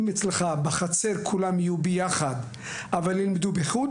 אצלך יהיו יחד בחצר אבל ילמדו לחוד